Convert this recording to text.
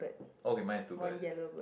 okay mine has two birds